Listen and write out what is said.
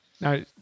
Now